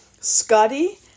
Scotty